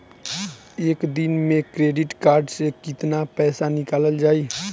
एक दिन मे क्रेडिट कार्ड से कितना पैसा निकल जाई?